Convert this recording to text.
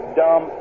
dumb